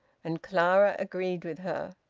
and clara agreed with her.